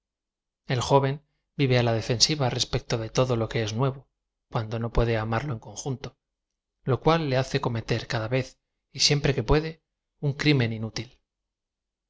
v iv e á la defensiva respecto de todo lo que es nue vo cuando no puede amarlo en conjunto lo cual le ha cen cometer cada vez y siempre que puede un c rlmee inútil